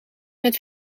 met